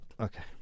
Okay